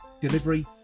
delivery